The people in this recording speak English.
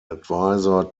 advisor